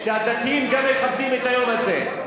והדתיים גם מכבדים את היום הזה.